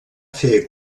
fer